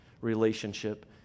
relationship